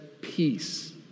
peace